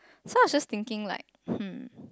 so I was just thinking like hmm